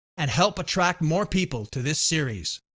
and help attract more people to this series.